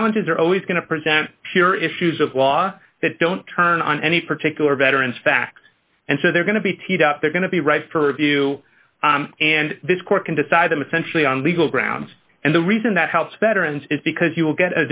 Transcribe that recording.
challenges are always going to present here issues of law that don't turn on any particular veteran's facts and so they're going to be teed up they're going to be right for review and this court can decide them essentially on legal grounds and the reason that helps veterans is because you will get